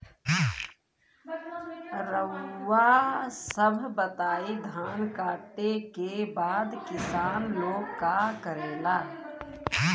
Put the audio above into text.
रउआ सभ बताई धान कांटेके बाद किसान लोग का करेला?